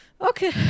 Okay